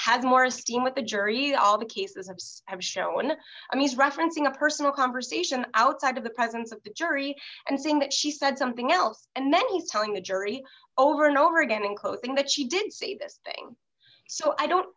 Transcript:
has more esteem with the jury all the cases of have shown i mean referencing a personal conversation outside of the presence of the jury and saying that she said something else and then he's telling the jury over and over again in closing that she didn't see this thing so i don't